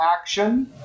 action